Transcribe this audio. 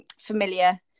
familiar